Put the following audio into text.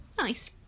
Nice